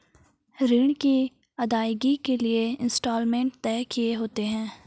ऋण की अदायगी के लिए इंस्टॉलमेंट तय किए होते हैं